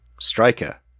Striker